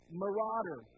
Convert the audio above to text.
marauder